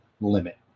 limit